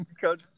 Coach